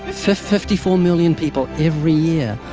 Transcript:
fifty-four million people every year.